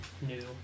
new